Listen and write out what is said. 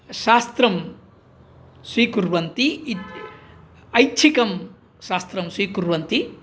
शास्त्रं स्वीकुर्वन्ति इत् ऐच्छिकं शास्त्रं स्वीकुर्वन्ति